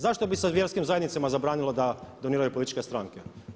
Zašto bi se vjerskim zajednicama zabranilo da doniraju političke stranke?